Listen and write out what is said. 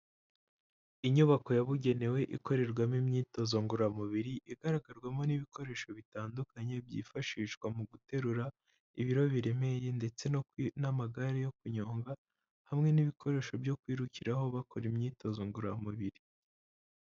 Inyubako yabugenewe ikorerwamo imyitozo ngororamubiri, igaragarwamo n'ibikoresho bitandukanye, byifashishwa mu guterura ibiro biremereye ndetse n'amagare yo kunyonga hamwe n'ibikoresho byo kwirukiraho bakora imyitozo ngororamubiri.